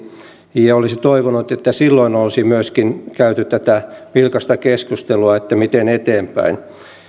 ja olisi toivonut että silloin olisi myöskin käyty tätä vilkasta keskustelua että miten eteenpäin